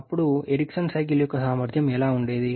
అప్పుడు Ericsson cycle యొక్క సామర్ధ్యం ఎలా ఉండేది